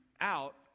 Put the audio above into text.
out